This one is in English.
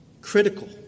critical